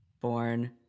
born